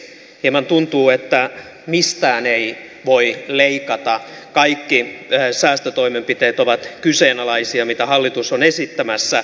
hieman tuntuu että mistään ei voi leikata kaikki säästötoimenpiteet ovat kyseenalaisia mitä hallitus on esittämässä